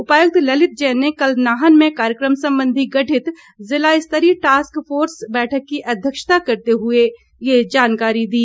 उपायुक्त ललित जैन ने कल नाहन में कार्यक्रम संबंधी गठित जिलास्तरीय टास्क फोर्स की बैठक की अध्यक्षता करते हुए ये जानकारी दी